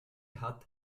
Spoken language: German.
hat